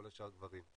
כל השאר גברים.